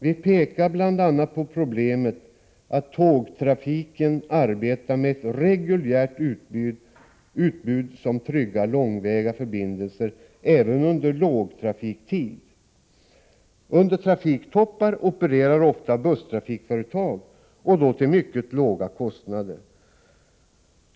Vi pekar bl.a. på problemet att tågtrafiken arbetar med ett reguljärt utbud, som tryggar långväga förbindelser även under lågtrafiktid. Under trafiktoppar opererar ofta busstrafikföretag och då till mycket låga kostnader.